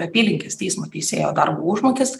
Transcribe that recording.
apylinkės teismo teisėjo darbo užmokestį